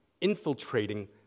infiltrating